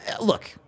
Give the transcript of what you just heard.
look